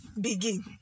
Begin